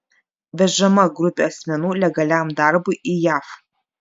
vežama grupė asmenų legaliam darbui į jav